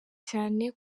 cyane